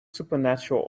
supernatural